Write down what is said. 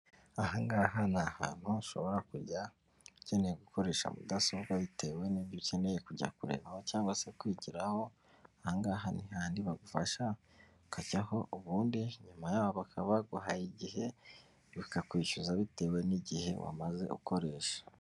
Ahangaha ni hantu ushobora kujya ukeneye gukoresha mudasobwa bitewe n'ibyo ukeneye kujya kureba aho cyangwa se kwigiraho ahangaha nti hahandi bagufasha ukajyaho ubundi nyuma yaho bakaba baguhaye igihe bakakwishyuza bitewe n'igihe wamaze ukoresha